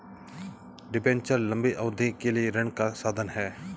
debenture लंबी अवधि के लिए ऋण का साधन है